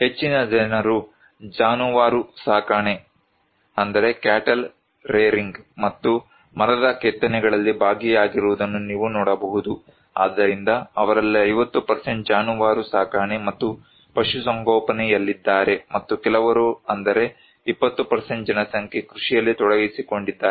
ಹೆಚ್ಚಿನ ಜನರು ಜಾನುವಾರು ಸಾಕಣೆ ಮತ್ತು ಮರದ ಕೆತ್ತನೆಗಳಲ್ಲಿ ಭಾಗಿಯಾಗಿರುವುದನ್ನು ನೀವು ನೋಡಬಹುದು ಆದ್ದರಿಂದ ಅವರಲ್ಲಿ 50 ಜಾನುವಾರು ಸಾಕಣೆ ಮತ್ತು ಪಶುಸಂಗೋಪನೆಯಲ್ಲಿದ್ದಾರೆ ಮತ್ತು ಕೆಲವರು ಅಂದರೆ 20 ಜನಸಂಖ್ಯೆ ಕೃಷಿಯಲ್ಲಿ ತೊಡಗಿಸಿಕೊಂಡಿದ್ದಾರೆ